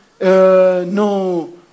no